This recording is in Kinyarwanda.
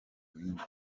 w’ingoro